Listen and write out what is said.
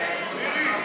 סעיף 34,